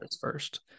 first